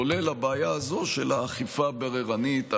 כולל הבעיה הזו של האכיפה הבררנית,